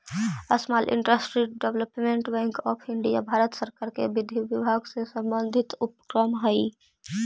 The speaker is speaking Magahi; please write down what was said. small industries development bank of India Bharat सरकार के विधि विभाग से संबंधित उपक्रम हइ